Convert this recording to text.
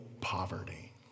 poverty